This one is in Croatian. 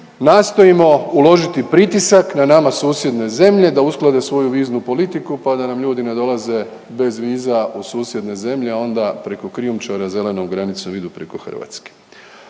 nastojimo uložiti pritisak na nama susjedne zemlje da usklade svoju viznu politiku pa da nam ljudi ne dolaze bez viza u susjedne zemlje, onda preko krijumčara zelenom granicom idu preko Hrvatske.